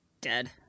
Dead